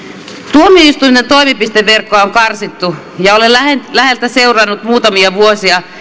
tuomioistuinten toimipisteverkkoa on karsittu ja olen läheltä läheltä seurannut muutamia vuosia